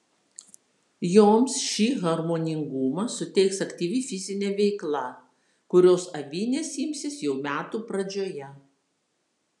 joms šį harmoningumą suteiks aktyvi fizinė veikla kurios avinės imsis jau metų pradžioje